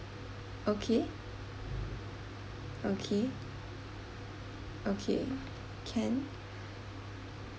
okay okay okay can